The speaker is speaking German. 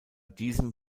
diesem